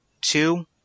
two